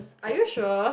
are you sure